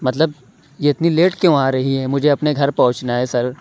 مطلب یہ اتنی لیٹ کیوں آ رہی ہے مجھے اپنے گھر پہونچنا ہے سر